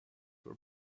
were